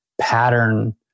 pattern